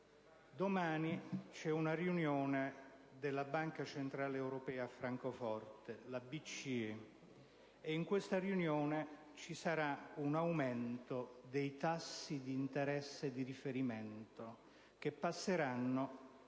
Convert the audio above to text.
svolgerà una riunione della Banca centrale europea a Francoforte, la BCE. Nella stessa ci sarà un aumento dei tassi di interesse di riferimento, che passeranno